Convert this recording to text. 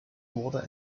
water